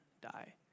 die